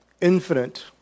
infinite